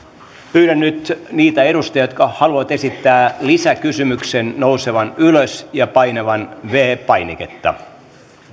pyydän nyt niitä edustajia jotka haluavat esittää lisäkysymyksen nousemaan ylös ja painamaan viides painiketta